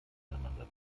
voneinander